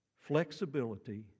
Flexibility